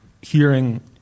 hearing